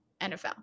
NFL